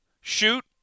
shoot